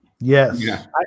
Yes